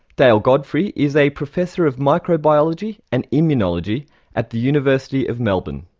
dale godfrey is a professor of microbiology and immunology at the university of melbourne.